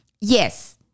yes